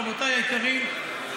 רבותיי היקרים,